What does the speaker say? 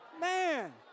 Man